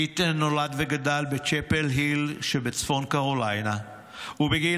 קית' נולד וגדל בצ'אפל היל שבצפון קרוליינה ובגיל